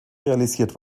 realisiert